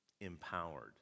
empowered